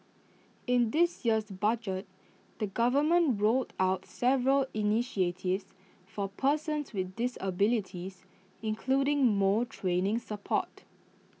in this year's budget the government rolled out several initiatives for persons with disabilities including more training support